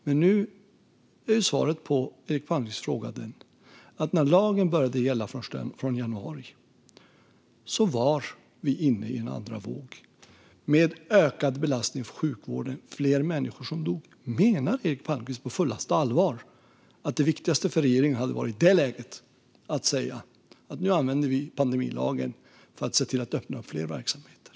Men nu är svaret på Eric Palmqvists fråga det att när lagen började gälla den 1 januari var vi inne i en andra våg med ökad belastning på sjukvården och fler människor som dog. Menar Eric Palmqvist på fullaste allvar att det viktigaste för regeringen i det läget hade varit att säga att nu använder vi pandemilagen för att öppna upp fler verksamheter?